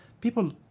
People